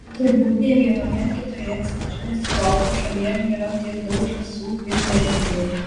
turbūt nė vienoje kitoje centrinės europos šalyje nėra tiek daug žąsų kaip vengrijoje